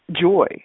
joy